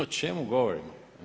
O čemu govorimo?